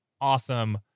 awesome